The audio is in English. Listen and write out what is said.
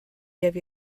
give